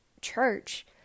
church